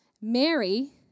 Mary